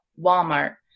Walmart